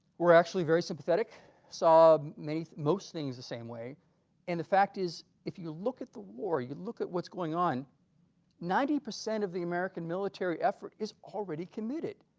were actually very sympathetic saw many most things the same way and the fact is if you look at the war you look at what's going on ninety percent of the american military effort is already committed,